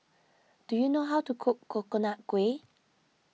do you know how to cook Coconut Kuih